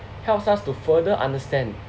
helps us to further understand